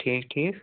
ٹھیٖک ٹھیٖک